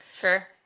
sure